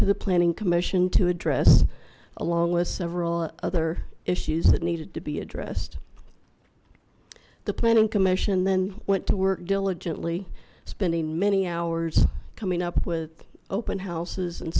to the planning commission to address along with several other issues that needed to be addressed the planning commission then went to work diligently spending many hours coming up with open houses and